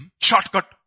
Shortcut